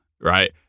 right